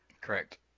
Correct